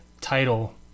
title